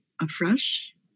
afresh